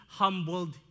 humbled